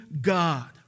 God